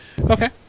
Okay